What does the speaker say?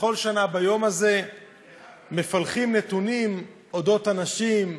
בכל שנה ביום הזה מפלחים נתונים של הנשים: